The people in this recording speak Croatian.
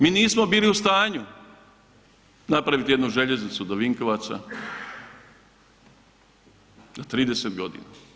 Mi nismo bili u stanju napraviti jednu željeznicu do Vinkovaca za 30 godina.